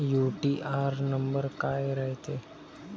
UTR number काय रायते?